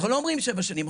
אבל לא אומרים שבע שנים,